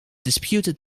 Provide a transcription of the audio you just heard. disputed